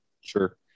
Sure